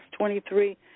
23